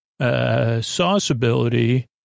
sauceability